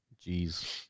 Jeez